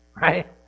right